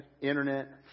internet